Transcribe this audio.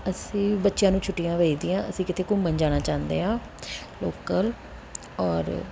ਅਸੀਂ ਬੱਚਿਆਂ ਨੂੰ ਛੁੱਟੀਆਂ ਹੋਈ ਦੀਆਂ ਅਸੀਂ ਕਿਤੇ ਘੁੰਮਣ ਜਾਣਾ ਚਾਹੁੰਦੇ ਹਾਂ ਲੋਕਲ ਔਰ